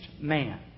man